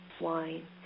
wine